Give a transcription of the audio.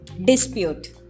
dispute